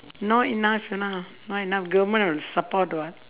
not enough you know not enough government will support [what]